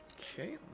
Okay